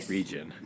Region